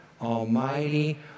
Almighty